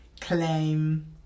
claim